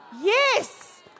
yes